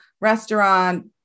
restaurant